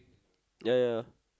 ya ya ya